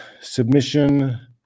Submission